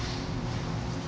so